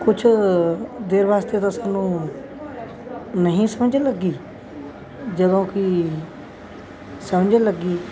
ਕੁਛ ਦੇਰ ਵਾਸਤੇ ਤਾਂ ਸਾਨੂੰ ਨਹੀਂ ਸਮਝ ਲੱਗੀ ਜਦੋਂ ਕਿ ਸਮਝ ਲੱਗੀ